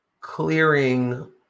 clearing